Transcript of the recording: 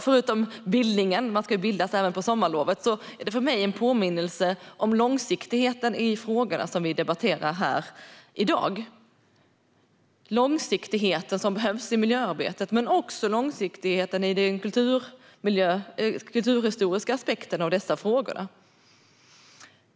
Förutom bildningen - man ska bilda sig även på sommarlovet - är det för mig en påminnelse om långsiktigheten i frågorna som vi debatterar här i dag. Det handlar om den långsiktighet som behövs i miljöarbetet, men det handlar också om långsiktigheten i fråga om den kulturhistoriska aspekten av dessa frågor.